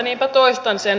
niinpä toistan sen